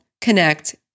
connect